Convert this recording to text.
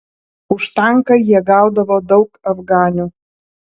už tanką jie gaudavo daug afganių